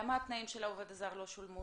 למה התנאים של העובד הזר לא שולמו?